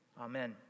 Amen